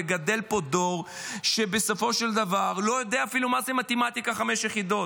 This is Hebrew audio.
וגדל פה דור שבסופו של דבר לא יודע אפילו מה זה מתמטיקה חמש יחידות.